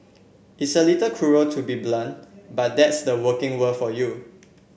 it's a little cruel to be so blunt but that's the working world for you